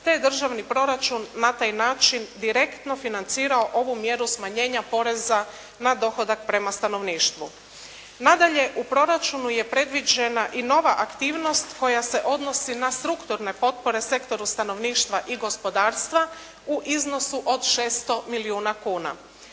te je državni proračun na taj način direktno financirao ovu mjeru smanjenja poreza na dohodak prema stanovništvu. Nadalje, u proračunu je predviđena i nova aktivnost koja se odnosi na strukturne potpore sektoru stanovništva i gospodarstva u iznosu od 600 milijuna kuna.